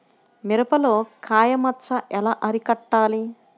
మిరపలో కాయ మచ్చ ఎలా అరికట్టాలి?